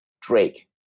Drake